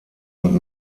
und